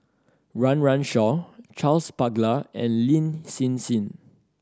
Run Run Shaw Charles Paglar and Lin Hsin Hsin